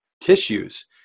tissues